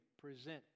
present